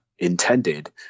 intended